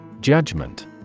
Judgment